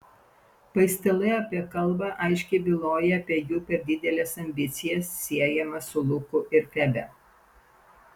paistalai apie kalbą aiškiai byloja apie jų per dideles ambicijas siejamas su luku ir febe